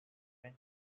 bend